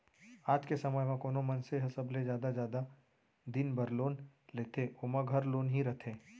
आज के समे म कोनो मनसे ह सबले जादा जादा दिन बर लोन लेथे ओमा घर लोन ही रथे